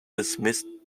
dismissed